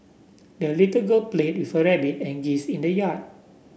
the little girl played with her rabbit and geese in the yard